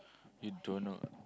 you don't know